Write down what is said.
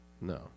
No